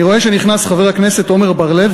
אני רואה שנכנס חבר הכנסת עמר בר-לב.